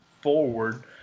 forward